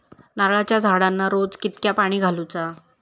नारळाचा झाडांना रोज कितक्या पाणी घालुचा?